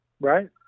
Right